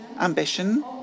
ambition